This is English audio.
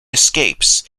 escapes